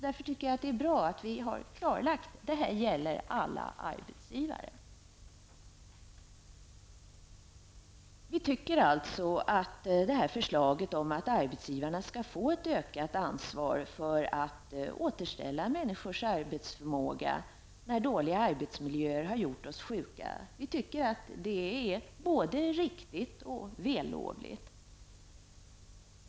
Det är därför bra att vi har klarlagt att detta gäller alla arbetsgivare. Förslaget om att arbetsgivarna skall få ett ökat ansvar för att återställa människors arbetsförmåga när dåliga arbetsmiljöer har gjort oss sjuka är som vi ser det både riktigt och vällovligt.